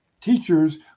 teachers